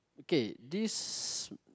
okay this